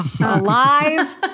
Alive